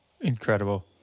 incredible